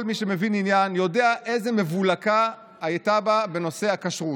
כל מי שמבין עניין יודע איזו מבולקה הייתה בה בנושא הכשרות.